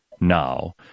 now